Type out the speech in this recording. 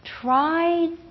try